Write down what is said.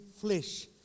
flesh